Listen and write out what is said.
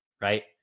right